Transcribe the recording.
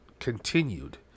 continued